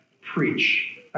preach